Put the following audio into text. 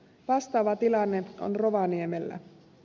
vastaava tilanne on rovaniemellä